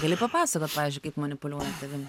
gali papasakot pavyzdžiui kaip manipuliuoja tavim